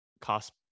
cost